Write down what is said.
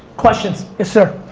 questions? yes, sir.